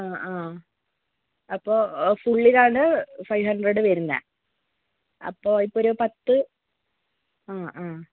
ആ ആ അപ്പോൾ ഫുള്ളിനാണ് ഫൈവ് ഹൺഡ്രഡ് വരുന്നത് അപ്പോൾ ഇപ്പോൾ ഒരു പത്ത് ആ ആ